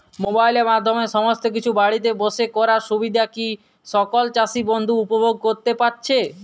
মোবাইলের মাধ্যমে সমস্ত কিছু বাড়িতে বসে করার সুবিধা কি সকল চাষী বন্ধু উপভোগ করতে পারছে?